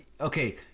okay